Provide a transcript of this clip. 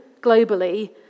globally